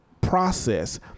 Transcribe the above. process